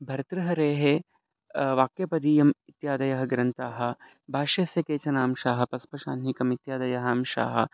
भर्तृहरेः वाक्यपदीयम् इत्यादयः ग्रन्थाः भाष्यस्य केचन अंशाः पस्पशाह्निकम् इत्यादयः अंशाः